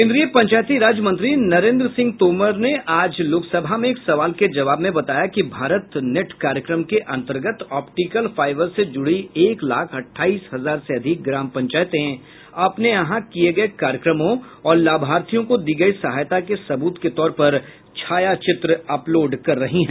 केन्द्रीय पंचायती राज मंत्री नरेन्द्र सिंह तोमर ने आज लोकसभा में एक सवाल के जवाब में बताया कि भारत नेट कार्यक्रम के अन्तर्गत ऑप्टिकल फाइबर से जुड़ी एक लाख अठाईस हजार से अधिक ग्राम पंचायतें अपने यहां किए गए कार्यक्रमों और लाभार्थियों को दी गई सहायता के सबूत के तौर पर छायाचित्र अपलोड कर रही हैं